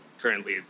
currently